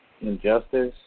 injustice